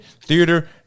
theater